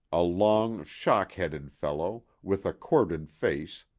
a long, shock-headed fellow, with a corded face,